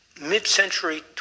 Mid-century